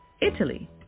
Italy